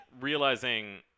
realizing